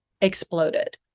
exploded